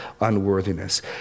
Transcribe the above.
unworthiness